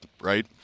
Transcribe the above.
right